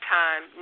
time